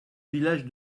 village